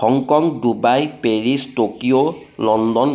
Hong Kong Dubai Paris Tokyo London